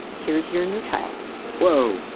here's your new child whoa.